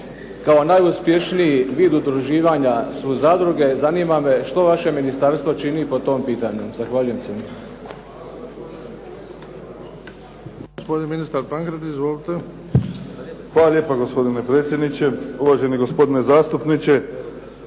Kao najuspješniji vid udruživanja su zadruge. Zanima me što vaše ministarstvo čini po tom pitanju? Zahvaljujem se.